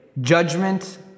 judgment